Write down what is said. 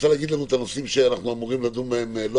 את רוצה להגיד לנו את הנושאים שנשאר לדון בהם?